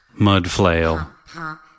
Mudflail